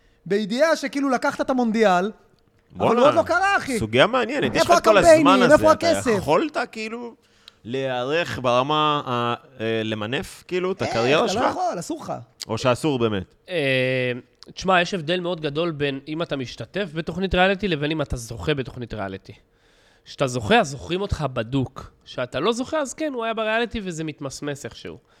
בידיעה שכאילו לקחת את המונדיאל, אבל הוא עוד בואנה, לא קרה, אחי. סוגיה מעניינת. יש לך איפה את כל הקמפיינים? הזמן איפה הזה? אתה הכסף? יכולת, כאילו, להיערך ברמה ה- אה, למנף, כאילו, את אה, הקריירה אתה לא שלך? יכול, אסור לך. או שאסור באמת? אה, תשמע, יש הבדל מאוד גדול בין אם אתה משתתף בתוכנית ריאליטי לבין אם אתה זוכה בתוכנית ריאליטי. כשאתה זוכה, אז זוכרים אותך בדוק. כשאתה לא זוכה, אז כן, הוא היה בריאליטי וזה מתמסמס איכשהו.